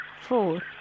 four